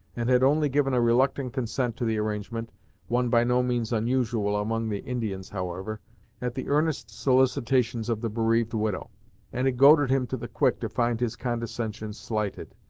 and had only given a reluctant consent to the arrangement one by no means unusual among the indians, however at the earnest solicitations of the bereaved widow and it goaded him to the quick to find his condescension slighted,